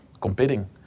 competing